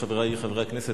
חברי חברי הכנסת,